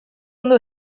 ondo